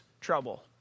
trouble